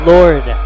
Lord